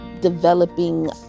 developing